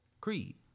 Creed